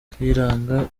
kayiranga